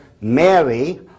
Mary